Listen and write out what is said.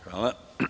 Hvala.